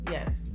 Yes